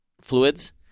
fluids